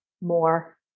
more